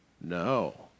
No